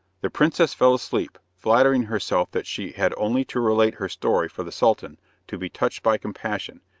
the princess fell asleep, flattering herself that she had only to relate her story for the sultan to be touched by compassion,